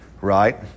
Right